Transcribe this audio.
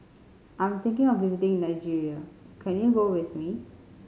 I'm thinking of visiting Nigeria can you go with me